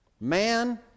Man